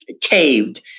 caved